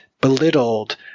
belittled